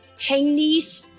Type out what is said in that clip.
Chinese